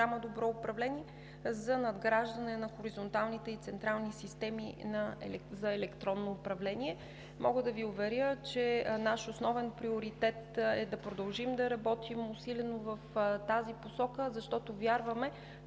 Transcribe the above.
„Добро управление“ за надграждане на хоризонталните и централни системи за електронно управление. Мога да Ви уверя, че наш основен приоритет е да продължим да работим усилено в тази посока, защото вярваме,